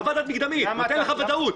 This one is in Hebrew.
חוות דעת מקדמית שנותנת לך ודאות.